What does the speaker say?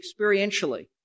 experientially